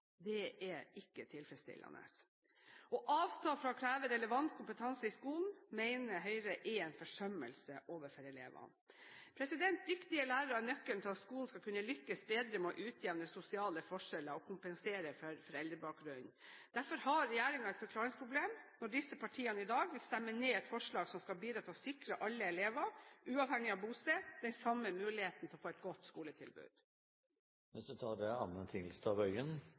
Det er ikke tilfredsstillende. Å avstå fra å kreve relevant kompetanse i skolen mener Høyre er en forsømmelse overfor elevene. Dyktige lærere er nøkkelen til at skolen skal kunne lykkes bedre med å utjevne sosiale forskjeller og kompensere for foreldrebakgrunn. Derfor har regjeringspartiene et forklaringsproblem når de i dag vil stemme ned et forslag som skal bidra til å sikre alle elever, uavhengig av bosted, den samme muligheten til å få et godt skoletilbud. Som vi nå har hørt, er